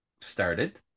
started-